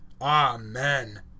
amen